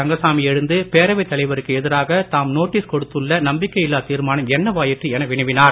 ரங்கசாமி எழுந்து பேரவைத் தலைவருக்கு எதிராக தாம் நோட்டீஸ் கொடுத்துள்ள நம்பிக்கை இல்லா தீர்மானம் என்னவாயிற்று என வினவினார்